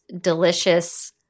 delicious